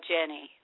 Jenny